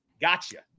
Gotcha